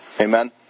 Amen